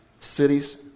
Cities